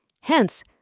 Hence